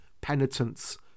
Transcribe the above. penitents